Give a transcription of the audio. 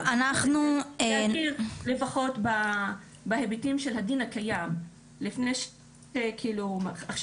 להכיר לפחות בהיבטים של הדין הקיים לפני שכאילו --- כן